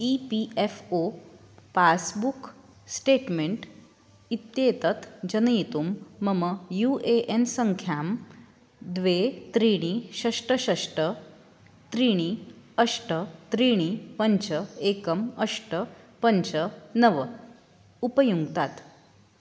E P F O passbook statement इत्येतत् जनयितुं मम यू ए एन् सङ्ख्यां द्वि त्रीणि षष्ट षष्ट त्रीणि अष्ट त्रीणि पञ्च एकम् अष्ट पञ्च नव उपयुङ्क्तात्